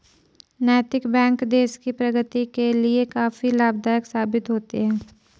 नैतिक बैंक देश की प्रगति के लिए काफी लाभदायक साबित होते हैं